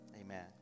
Amen